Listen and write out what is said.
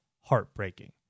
heartbreaking